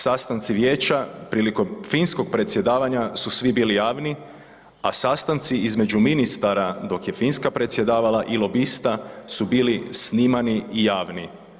Sastanci vijeća prilikom finskog predsjedavanja su svi bili javni, a sastanci između ministara dok je Finska predsjedavala i lobista su bili snimani i javni.